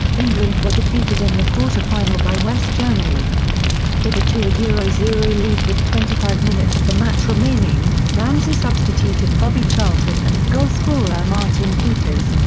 england were defeated in the quarter-final by west germany with a two yeah zero zero lead with twenty five minutes of the match remaining, ramsey substituted bobby charlton and goalscorer martin peters,